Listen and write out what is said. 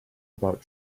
about